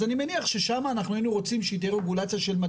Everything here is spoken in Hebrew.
אז אני מניח ששם אנחנו היינו רוצים שתהיה רגולציה של,